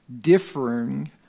differing